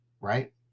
right